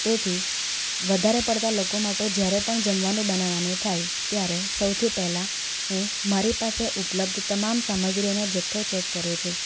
તેથી વધારે પડતા લોકો માટે જ્યારે પણ જમવાનું બનાવવાનું થાય ત્યારે સૌથી પહેલાં હું મારી પાસે ઉપલબ્ધ તમામ સામગ્રીઓનો જથ્થો ચેક કરું છું